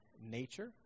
nature